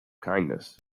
kindness